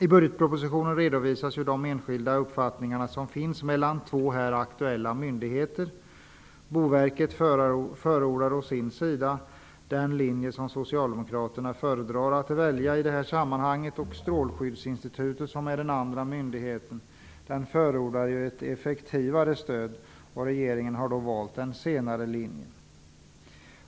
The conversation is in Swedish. I budgetpropositionen redovisas de skilda uppfattningar som finns hos två här aktuella myndigheter. Boverket förordar å sin sida den linje som socialdemokraterna föredrar att välja i detta sammanhang. Strålskyddsinstitutet som är den andra myndigheten förordar ett effektivare stöd. Regeringen har valt den senare linjen.